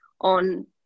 on